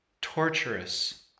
torturous